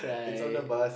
it's on the bus